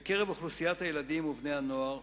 בקרב אוכלוסיית הילדים ובני-הנוער,